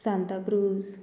Santa Cruz